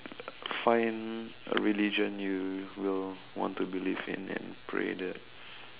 find a religion you will want to believe in and pray that